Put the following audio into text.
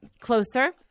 Closer